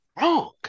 wrong